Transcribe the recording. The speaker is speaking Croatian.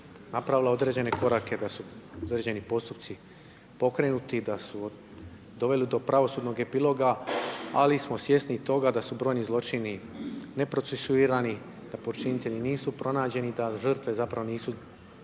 napravila određene korake, da su određeni postupci pokrenuti, da su doveli do pravosudnog epiloga, ali smo svjesni i toga da su brojni zločini neprocesuirani, da počinitelji nisu pronađeni, da žrtve zapravo nisu